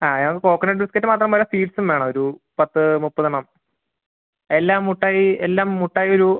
ആ coconut biscuit മാത്രം പോര സ്വീറ്റ്സും വേണം ഒരു പത്ത് മുപ്പതെണ്ണം എല്ലാം മുട്ടായി എല്ലാം മുട്ടായി ഒരു